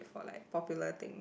for like popular things